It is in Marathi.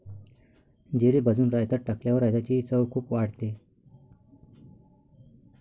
जिरे भाजून रायतात टाकल्यावर रायताची चव खूप वाढते